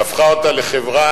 והפכה אותה לחברה